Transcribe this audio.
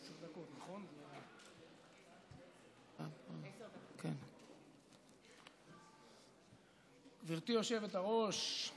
גברתי היושבת-ראש,